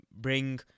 bring